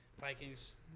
Vikings